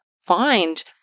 find